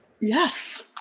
Yes